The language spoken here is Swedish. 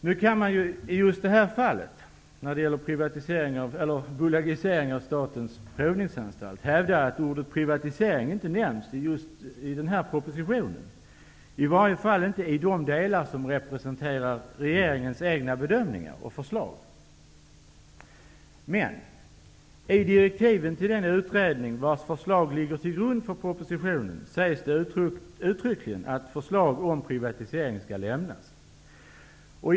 Nu kan man i just detta fall, när det gäller bolagisering av Statens provningsanstalt, hävda att ordet privatisering inte nämns i propositionen, i varje fall inte i de delar som utgörs av regeringens egna bedömningar och förslag. Men i direktiven till den utredning vars förslag ligger till grund för propositionen sägs uttryckligen att förslag om privatisering skall läggas fram.